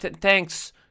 thanks